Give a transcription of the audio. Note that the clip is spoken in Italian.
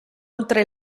oltre